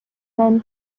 men